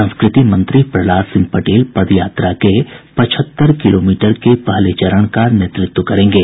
संस्कृति मंत्री प्रहलाद सिंह पटेल पद यात्रा के पचहत्तर किलोमीटर के पहले चरण का नेतृत्व करेंगे